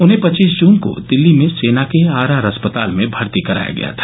उन्हें पच्चीस जून को दिल्ली में सेना के आरआर अस्पताल में भर्ती कराया गया था